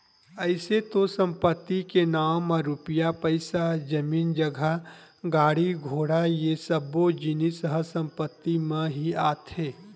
अइसे तो संपत्ति के नांव म रुपया पइसा, जमीन जगा, गाड़ी घोड़ा ये सब्बो जिनिस ह संपत्ति म ही आथे